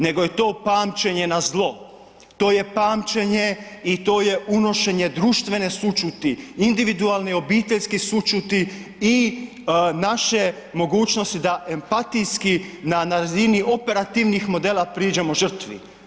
Nego je to pamćenje na zlo, to je pamćenje i to je unošenje društvene sućuti, individualne obiteljske sućuti i naše mogućnosti da empatijski na razini operativnih modela priđemo žrtvi.